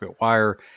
wire